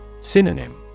Synonym